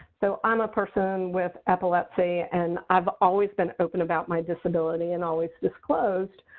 so i'm a person with epilepsy. and i've always been open about my disability and always disclosed,